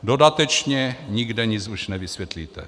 Dodatečně nikde nic už nevysvětlíte.